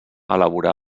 elaborar